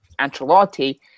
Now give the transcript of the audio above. Ancelotti